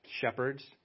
shepherds